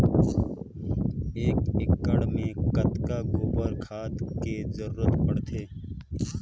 एक एकड़ मे कतका गोबर खाद के जरूरत पड़थे?